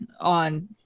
on